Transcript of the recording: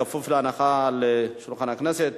כפוף להנחה על שולחן הכנסת.